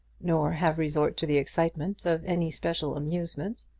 nor have resort to the excitement of any special amusement.